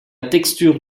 texture